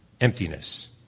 emptiness